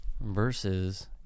versus